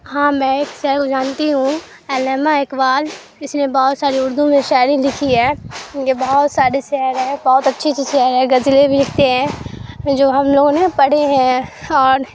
ہاں میں ایک شاعر کو جانتی ہوں علامہ اقبال اس نے بہت ساری اردو میں شاعری لکھی ہے یہ بہت سارے شاعر ہیں بہت اچھی اچھی شعر ہے غزلیں بھی لکھتے ہیں جو ہم لوگوں نے پڑھے ہیں اور